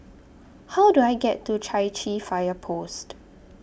How Do I get to Chai Chee Fire Post